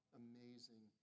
amazing